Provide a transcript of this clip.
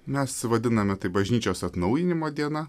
mes vadiname tai bažnyčios atnaujinimo diena